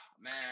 man